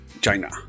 China